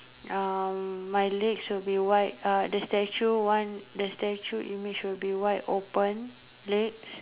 uh my legs will be wide uh the statue one the statue image will be wide open legs